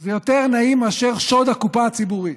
זה יותר נעים מאשר שוד הקופה הציבורית.